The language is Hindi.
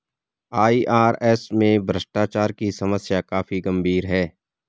आई.आर.एस में भ्रष्टाचार की समस्या काफी गंभीर है